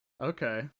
Okay